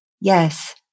Yes